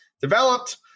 developed